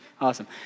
Awesome